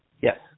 Yes